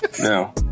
No